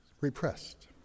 repressed